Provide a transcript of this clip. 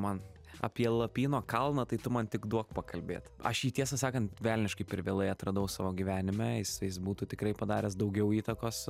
man apie lapyno kalną tai tu man tik duok pakalbėt aš jį tiesą sakant velniškai per vėlai atradau savo gyvenime jis jis būtų tikrai padaręs daugiau įtakos